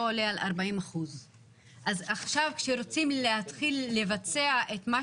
עולה על 40%. אז עכשיו כשרוצים להתחיל לבצע את מה